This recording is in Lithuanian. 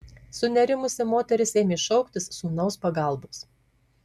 sunerimusi moteris ėmė šauktis sūnaus pagalbos